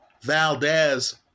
Valdez